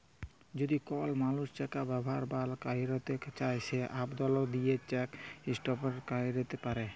যদি কল মালুস চ্যাক ব্যাভার লা ক্যইরতে চায় সে আবদল দিঁয়ে চ্যাক ইস্টপ ক্যইরতে পারে